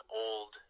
old